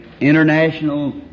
international